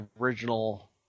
original